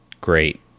great